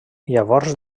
llavors